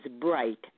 bright